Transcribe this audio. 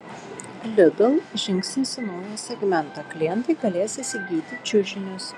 lidl žingsnis į naują segmentą klientai galės įsigyti čiužinius